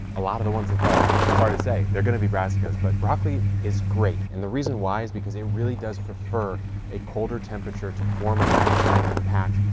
a lot of the ones in fall, sorry to say, they're going to be brassicas. but broccoli is great. and the reason why is because it really does prefer a colder temperature to form a nice tight, compact,